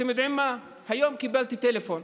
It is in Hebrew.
אתם יודעים מה, היום קיבלתי טלפון,